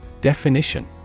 Definition